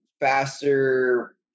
faster